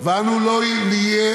ואנו לא נהיה